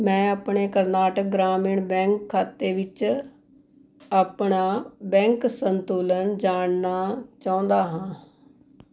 ਮੈਂ ਆਪਣੇ ਕਰਨਾਟਕ ਗ੍ਰਾਮੀਣ ਬੈਂਕ ਖਾਤੇ ਵਿੱਚ ਆਪਣਾ ਬੈਂਕ ਸੰਤੁਲਨ ਜਾਣਨਾ ਚਾਹੁੰਦਾ ਹਾਂ